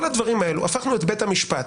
כל הדברים האלה הפכנו את בית המשפט.